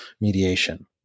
mediation